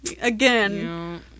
again